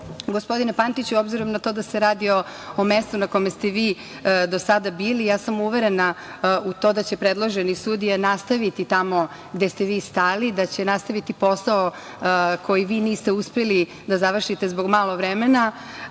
dobar. Gospodine Pantiću, obzirom na to da se radi o mestu na kome ste vi do sada bili, ja sam uverena u to da će predloženi sudija nastaviti tamo gde ste vi stali, da će nastaviti posao koji vi niste uspeli da završite zbog malo vremena.